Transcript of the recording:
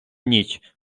ніч